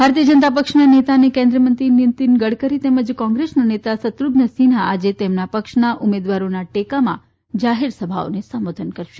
ભારતીય જનતા પક્ષના નેતા અને કેન્દ્રિય મંત્રી નીતીન ગડકરી તેમજ કોંગ્રેસના નેતા શત્રુધ્ન સિંહા આજે તેમના પક્ષના ઉમેદવારોના ટેકામાં જાહેર સભાઓને સંબોધન કરશે